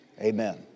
Amen